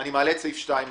אני מעלה את סעיף 2 להצבעה,